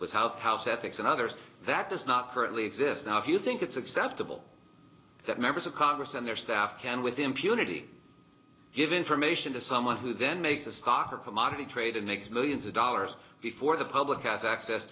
without house ethics and others that does not currently exist now if you think it's acceptable that members of congress and their staff can with impunity give information to someone who then makes a stock or commodity trade and makes millions of dollars before the public has access